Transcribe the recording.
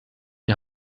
die